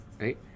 Right